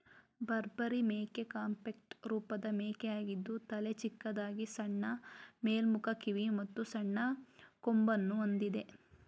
ಬಾರ್ಬರಿ ಮೇಕೆ ಕಾಂಪ್ಯಾಕ್ಟ್ ರೂಪದ ಮೇಕೆಯಾಗಿದ್ದು ತಲೆ ಚಿಕ್ಕದಾಗಿ ಸಣ್ಣ ಮೇಲ್ಮುಖ ಕಿವಿ ಮತ್ತು ಸಣ್ಣ ಕೊಂಬನ್ನು ಹೊಂದಿದೆ